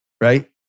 Right